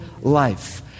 life